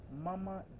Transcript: mama